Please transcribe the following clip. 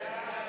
סעיף